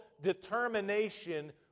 determination